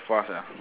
far sia